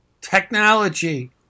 Technology